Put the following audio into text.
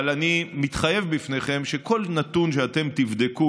אבל אני מתחייב בפניכם שבכל נתון שאתם תבדקו,